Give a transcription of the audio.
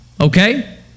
Okay